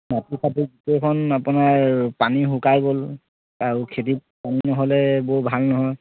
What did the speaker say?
মাটি ফাটি গোটেইখন আপোনাৰ পানী শুকাই গ'ল আৰু খেতিত পানী নহ'লে বৰ ভাল নহয়